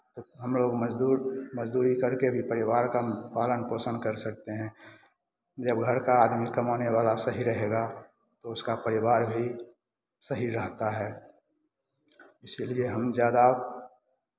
तो हमलोग मज़दूर मज़दूरी कर के भी परिवार का पालन पोषन कर सकते हैं जब घर का आदमी कमाने वाला सही रहेगा तो उसका परिवार भी सही रहता है इसीलिए हम ज़्यादा